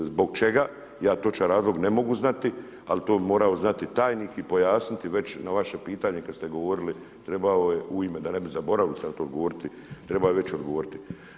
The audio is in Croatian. Zbog čega, ja točan razlog ne mogu znati, ali to bi morao znati tajnik i pojasniti već na vaše pitanje kad ste govorili, trebao je u ime, da ne bi zaboravili sad to odgovoriti, trebao je već odgovoriti.